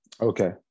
Okay